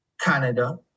Canada